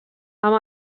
amb